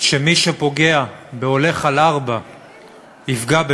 שמי שפוגע בהולך על ארבע יפגע,